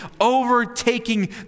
overtaking